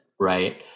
right